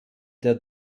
der